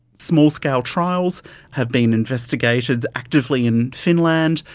small scale trials have been investigated actively in finland.